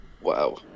Wow